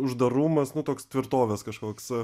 uždarumas nu toks tvirtovės kažkoks